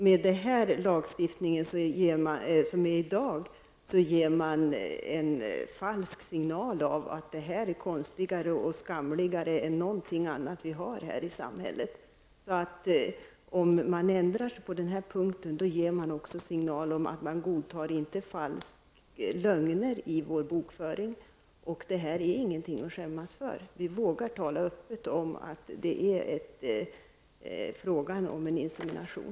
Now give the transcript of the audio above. Med dagens lagstiftning ger man en falsk signal om att insemination är konstigare och skamligare än något annat i samhället. Om man ändrar sig på den här punkten ger man också signal om att man inte godtar lögner i bokföringen. Det här är inget att skämmas för. Vi måste våga tala öppet om att det är fråga om en insemination.